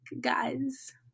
Guys